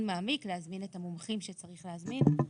מעמיק ולהזמין את המומחים שצריך להזמין.